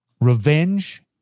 revenge